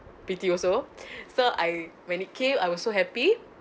pretty also so I when it came I was so happy